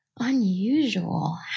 unusual